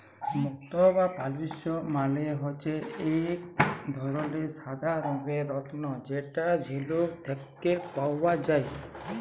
মুক্ত বা পার্লস মালে হচ্যে এক ধরলের সাদা রঙের রত্ন যেটা ঝিলুক থেক্যে পাওয়া যায়